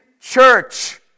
church